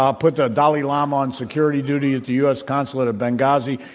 um put the dalai lama on security duty at the u. s. consulate at benghazi,